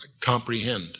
comprehend